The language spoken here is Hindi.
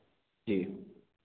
जी